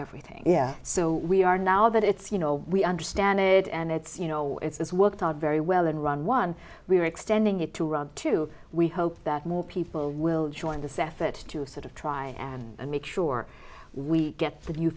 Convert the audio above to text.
everything here so we are now that it's you know we understand it and it's you know it's worked out very well and run one we're extending it to run two we hope that more people will join the sefer to sort of try and make sure we get the new